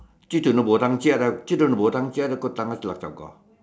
hokkien